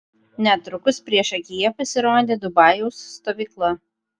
netrukus priešakyje pasirodė dubajaus stovykla